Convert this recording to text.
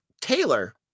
Taylor